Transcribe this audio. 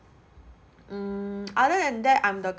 mm other that than I'm the